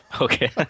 Okay